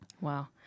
Wow